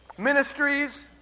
ministries